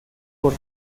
por